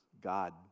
God